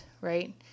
right